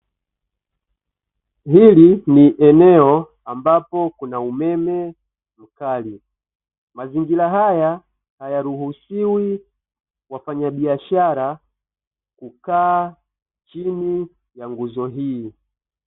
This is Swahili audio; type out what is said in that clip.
Hili ni eneo ambapo kuna umeme mkali, mazingira haya hayaruhusiwi wafanyabiashara kukaa chini ya nguzo hii.